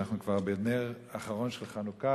אנחנו כבר בנר אחרון של חנוכה,